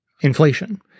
Inflation